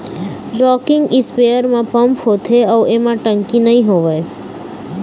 rocking spare म pump होथे अउ एमा टंकी नइ होवय